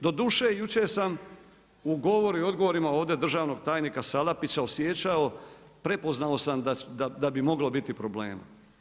Doduše, jučer sam u govoru i odgovoru ovdje državnog tajnika Salapića osjećao, prepoznao sam da bi moglo biti problema.